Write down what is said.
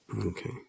Okay